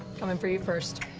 coming for you first.